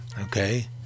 Okay